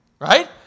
right